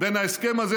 בין ההסכם הזה,